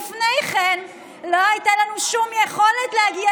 הרי לפני כן לא הייתה לנו שום יכולת להגיע